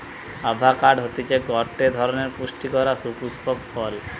avocado হতিছে গটে ধরণের পুস্টিকর আর সুপুস্পক ফল